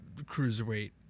Cruiserweight